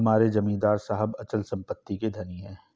हमारे जमींदार साहब अचल संपत्ति के धनी हैं